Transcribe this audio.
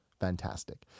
Fantastic